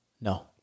No